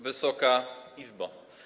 Wysoka Izbo!